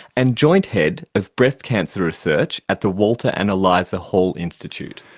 and joint head of breast cancer research at the walter and eliza hall institute.